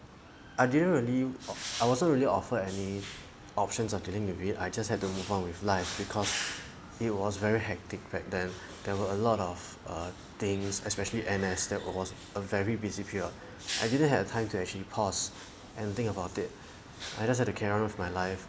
I didn't really I wasn't really offered any options of dealing with it I just have to move on with life because it was very hectic back then there were a lot of err things especially N_S that was a very busy period I didn't have time to actually pause and think about it I just had to carry on with my life